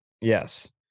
Yes